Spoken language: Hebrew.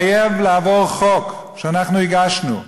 חייב לעבור חוק שאנחנו הגשנו,